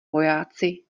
vojáci